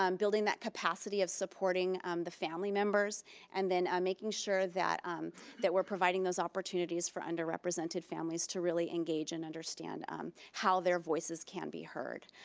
um building that capacity of supporting the family members and then um making sure that um that we're providing those opportunities for underrepresented families to really engage and understand how their voices can be heard,